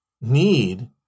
need